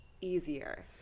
easier